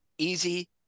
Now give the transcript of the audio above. easy